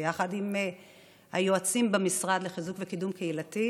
ביחד עם היועצים במשרד לחיזוק וקידום קהילתי,